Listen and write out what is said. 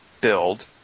build –